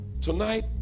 Tonight